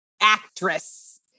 actress